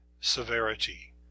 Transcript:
severity